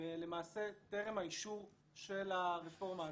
ולמעשה טרם האישור של הרפורמה הזאת,